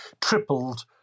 tripled